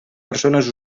persones